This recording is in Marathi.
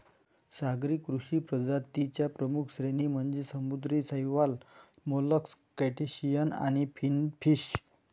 सागरी कृषी प्रजातीं च्या प्रमुख श्रेणी म्हणजे समुद्री शैवाल, मोलस्क, क्रस्टेशियन आणि फिनफिश